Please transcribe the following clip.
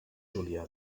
julià